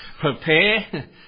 Prepare